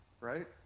Right